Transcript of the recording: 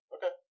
Okay